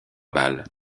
balles